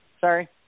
Sorry